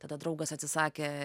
tada draugas atsisakė